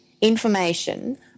information